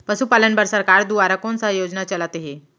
पशुपालन बर सरकार दुवारा कोन स योजना चलत हे?